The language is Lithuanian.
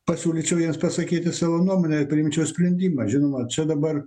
pasiūlyčiau jiems pasakyti savo nuomonę ir priimčiau sprendimą žinoma čia dabar